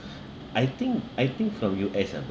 I think I think from U_S ah